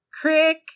Crick